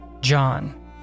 John